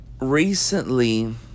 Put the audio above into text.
Recently